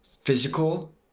physical